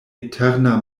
eterna